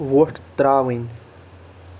وۄٹھ ترٛاوٕنۍ